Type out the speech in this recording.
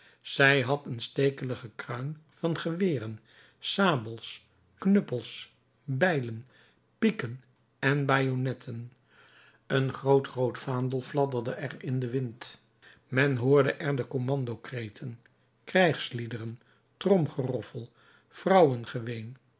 zij had een stekelige kruin van geweren sabels knuppels bijlen pieken en bajonnetten een groot rood vaandel fladderde er in den wind men hoorde er de commandokreten krijgsliederen tromgeroffel vrouwengeween